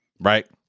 right